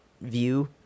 view